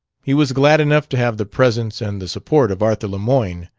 he was glad enough to have the presence and the support of arthur lemoyne.